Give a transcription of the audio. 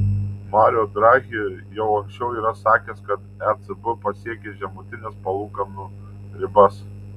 mario draghi jau anksčiau yra sakęs kad ecb pasiekė žemutines palūkanų ribas